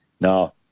Now